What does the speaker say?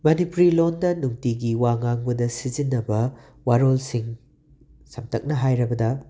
ꯃꯅꯤꯄꯨꯔꯤ ꯂꯣꯟꯗ ꯅꯨꯡꯇꯤꯒꯤ ꯋꯥ ꯉꯥꯡꯕꯗ ꯁꯤꯖꯤꯟꯅꯕ ꯋꯥꯔꯣꯜꯁꯤꯡ ꯁꯝꯇꯛꯅ ꯍꯥꯏꯔꯕꯗ